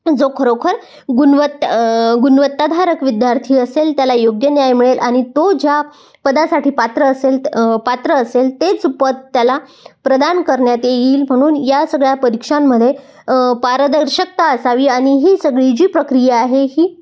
जो खरोखर गुणवत्ता गुणवत्ताधारक विद्यार्थी असेल त्याला योग्य न्याय मिळेल आणि तो ज्या पदासाठी पात्र असेल पात्र असेल तेच पद त्याला प्रदान करण्यात येईल म्हणून या सगळ्या परीक्षांमध्ये पारदर्शकता असावी आणि ही सगळी जी प्रक्रिया आहे ही